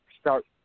start